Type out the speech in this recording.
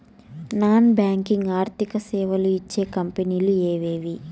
Non banking ఆర్థిక సేవలు ఇచ్చే కంపెని లు ఎవేవి?